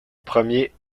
premier